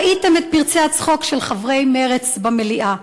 ראיתם את פרצי הצחוק של חברי מרצ במליאה.